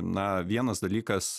na vienas dalykas